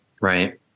Right